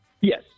Yes